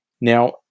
Now